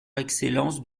excellence